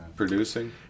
Producing